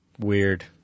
Weird